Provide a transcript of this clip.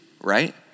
right